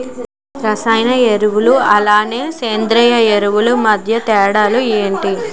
రసాయన ఎరువులు అలానే సేంద్రీయ ఎరువులు మధ్య తేడాలు ఏంటి?